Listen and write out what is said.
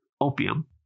opium